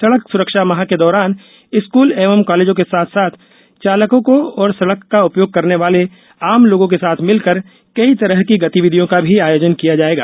सड़क सुरक्षा माह के दौरान स्कूल एवं कॉलेजों के साथ साथ चालकों और सड़क का उपयोग करने वाले आम लोगों के साथ मिलकर कई तरह की गतिविधियों का भी आयोजन किया जाएगा